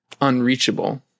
unreachable